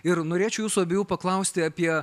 ir norėčiau jūsų abiejų paklausti apie